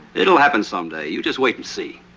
it'll happen someday. you just wait and see.